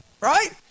Right